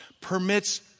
permits